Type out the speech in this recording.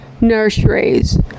nurseries